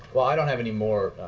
well, i don't have any more